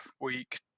week